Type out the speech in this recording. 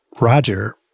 roger